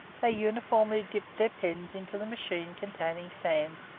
they uniformly dipped their pens into the machine containing sand,